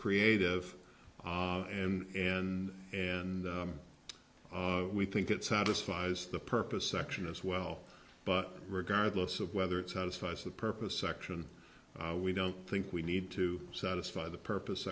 creative and and and we think it satisfies the purpose section as well but regardless of whether it's out as far as the purpose section we don't think we need to satisfy the purpose